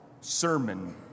sermon